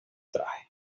traje